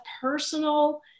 personal